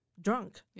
drunk